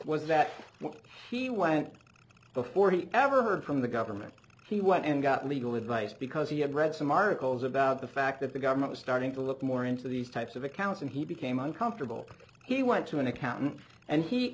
was that when he went before he ever heard from the government he went and got legal advice because he had read some articles about the fact that the government was starting to look more into these types of accounts and he became uncomfortable he went to an accountant and he